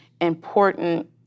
important